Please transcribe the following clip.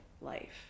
life